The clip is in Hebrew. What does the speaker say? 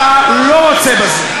אתה לא רוצה בזה.